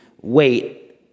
wait